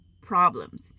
problems